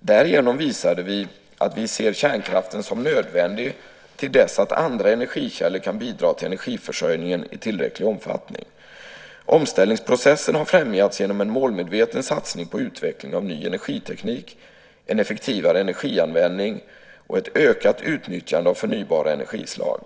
Därigenom visade vi att vi ser kärnkraften som nödvändig till dess att andra energikällor kan bidra till energiförsörjningen i tillräcklig omfattning. Omställningsprocessen har främjats genom en målmedveten satsning på utveckling av ny energiteknik, en effektivare energianvändning och ett ökat utnyttjande av förnybara energislag.